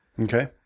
Okay